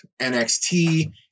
NXT